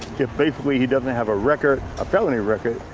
basically, he doesn't have a record a felony record.